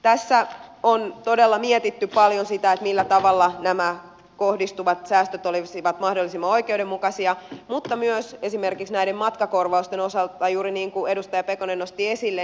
tässä on todella mietitty paljon sitä millä tavalla nämä kohdistuvat säästöt olisivat mahdollisimman oikeudenmukaisia mutta myös esimerkiksi näiden matkakorvausten osalta juuri niin kuin edustaja pekonen nosti esille